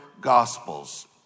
Gospels